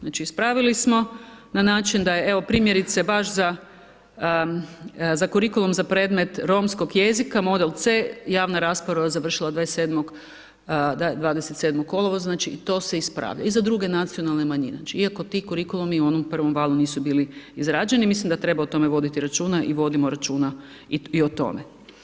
Znači ispravili smo na način, evo primjerice baš za kurikulum za predmet romskog jezika, model c, javna rasprava završila 27. kolovoza, znači i to se ispravlja i za druge nacionalne manjine iako ti kurikulumi u onom prvom valu nisu bili izrađeni, mislim da treba o tome voditi računa i vodimo računa i o tome.